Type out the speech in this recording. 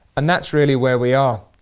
and that's really where we are,